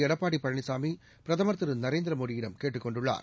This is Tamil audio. எடப்பாடி பழனிசாமி பிரதமர் திரு நரேந்திர மோடியிடம் கேட்டுக் கொண்டுள்ளார்